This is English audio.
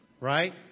right